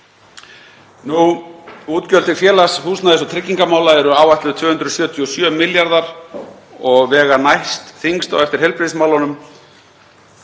Útgjöld til félags-, húsnæðis- og tryggingamála eru áætluð 277 milljarðar og vega næstþyngst á eftir heilbrigðismálunum.